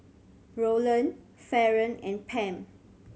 Roland Faron and Pam